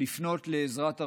לפנות לעזרת הרשויות,